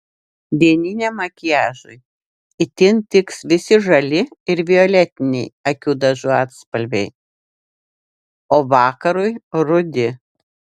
dieniniam makiažui itin tiks visi žali ir violetiniai akių dažų atspalviai o vakarui rudi